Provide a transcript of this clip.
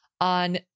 on